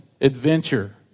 adventure